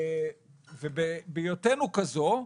ובהיותנו כזו,